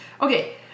Okay